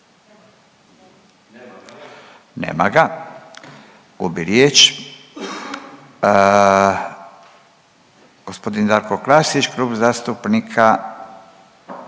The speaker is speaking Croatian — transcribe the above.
Nema ga, gubi riječ. Gospodin Darko Klasić, Klub zastupnika